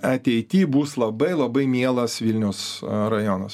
ateity bus labai labai mielas vilniaus rajonas